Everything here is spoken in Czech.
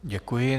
Děkuji.